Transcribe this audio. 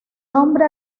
nombre